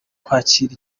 kwakira